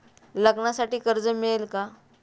लग्नासाठी कर्ज मिळेल का?